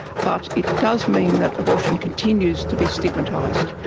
but it does mean that abortion continues to be stigmatised,